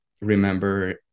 remember